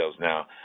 now